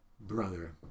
brother